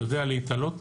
שיודע להתעלות